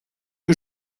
que